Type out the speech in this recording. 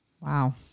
Wow